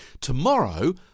Tomorrow